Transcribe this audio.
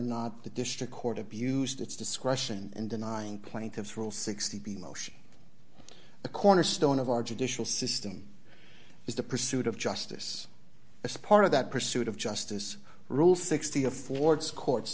not the district court abused its discretion in denying plaintiff's rule sixty b motion the cornerstone of our judicial system is the pursuit of justice as part of that pursuit of justice rule sixty affords courts